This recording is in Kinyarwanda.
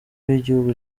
w’igihugu